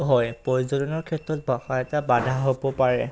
হয় পৰ্যটনৰ ক্ষেত্ৰত ভাষা এটা বাধা হ'ব পাৰে